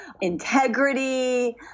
integrity